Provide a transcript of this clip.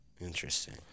Interesting